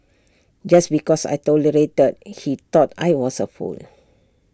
just because I tolerated he thought I was A fool